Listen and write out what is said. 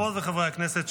ירושלים, הכנסת,